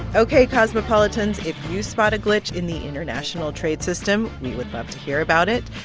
ok, cosmopolitans, if you spot a glitch in the international trade system, we would love to hear about it.